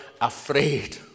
afraid